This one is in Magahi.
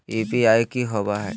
यू.पी.आई की होवे हय?